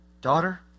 daughter